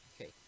okay